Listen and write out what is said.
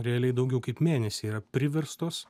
realiai daugiau kaip mėnesį yra priverstos